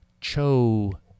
Cho